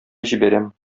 җибәрәм